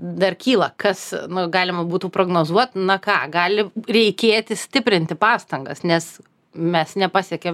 dar kyla kas nu galima būtų prognozuot na ką gali reikėti stiprinti pastangas nes mes nepasiekėm